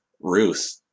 ruth